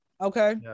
Okay